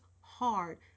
hard